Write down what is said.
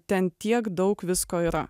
ten tiek daug visko yra